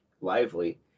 lively